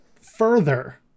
further